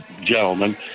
gentlemen